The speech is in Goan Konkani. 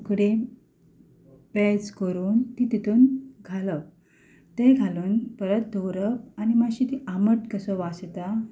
उकडें पेज करून ती तितून घालप तें घालून परत दवरप आनी मातशी ती आंबट कसो वास येता